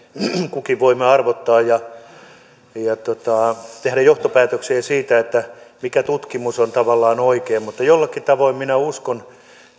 kukin voimme arvottaa ja tehdä johtopäätöksiä siitä mikä tutkimus on tavallaan oikein mutta jollakin tavoin minä uskon